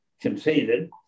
conceded